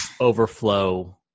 overflow